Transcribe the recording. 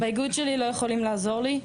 באיגוד שלי לא יכולים לעזור לי,